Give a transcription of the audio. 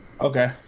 Okay